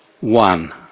One